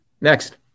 Next